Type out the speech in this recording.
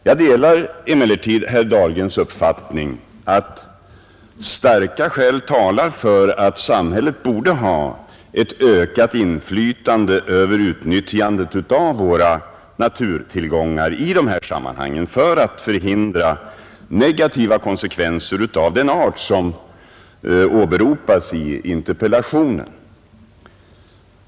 Jag delar dock herr Dahlgrens uppfattning att starka skäl talar för att samhället borde ha ett ökat inflytande över utnyttjandet av våra naturtillgångar i de här sammanhangen för att hindra negativa konsekvenser av den art som han pekar på i interpellationen.